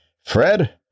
Fred